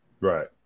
Right